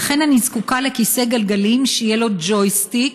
ולכן אני זקוקה לכיסא גלגלים שיהיה לו ג'ויסטיק